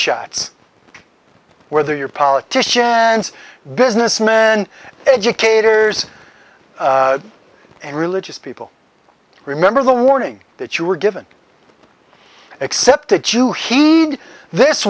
shots whether you're a politician and businessman educators and religious people remember the warning that you were given except a jew he'd this